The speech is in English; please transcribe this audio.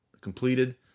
completed